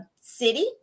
City